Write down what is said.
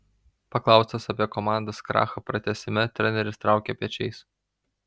paklaustas apie komandos krachą pratęsime treneris traukė pečiais